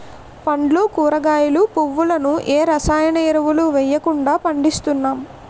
పండ్లు కూరగాయలు, పువ్వులను ఏ రసాయన ఎరువులు వెయ్యకుండా పండిస్తున్నాం